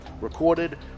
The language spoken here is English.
recorded